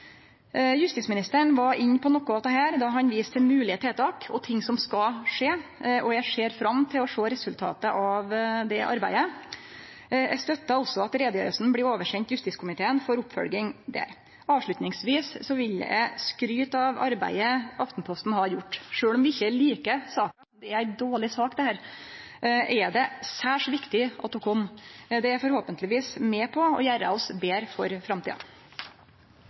Justisministeren var inne på noko av dette då han viste til moglege tiltak og ting som skal skje, og eg ser fram til å sjå resultatet av det arbeidet. Eg støttar også at utgreiinga blir send over til justiskomiteen for oppfølging der. Avslutningsvis vil eg skryte av arbeidet Aftenposten har gjort. Sjølv om vi ikkje liker saka – dette er ei dårleg sak – er det særs viktig at ho kom. Det er forhåpentlegvis med på å gjere oss betre for framtida.